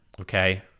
okay